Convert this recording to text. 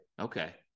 Okay